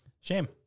shame